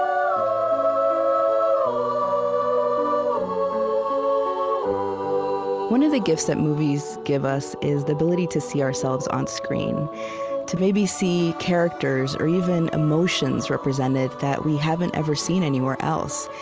one of the gifts that movies give us is the ability to see ourselves onscreen to maybe see characters or even emotions represented that we haven't ever seen anywhere else,